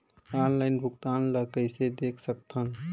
Online भुगतान ल कइसे देख सकथन?